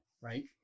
right